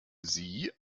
sie